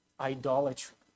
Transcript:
idolatry